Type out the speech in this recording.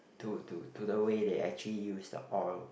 to to to the way they actually use the oil